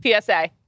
PSA